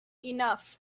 enough